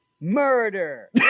Murder